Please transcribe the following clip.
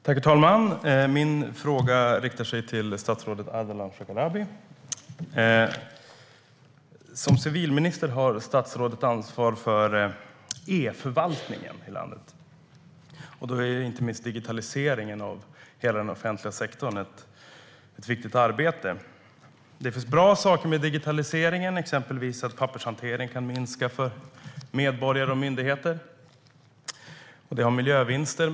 Herr talman! Min fråga riktar sig till statsrådet Ardalan Shekarabi. Som civilminister har statsrådet ansvar för e-förvaltningen i landet. Då är inte minst digitaliseringen av hela den offentliga sektorn ett viktigt arbete. Det finns bra saker med digitaliseringen, till exempel att pappershanteringen för medborgare och myndigheter kan minska. Det har miljövinster.